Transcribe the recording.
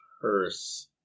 Purse